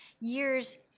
years